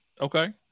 Okay